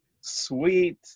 sweet